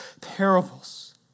parables